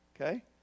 Okay